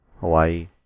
Hawaii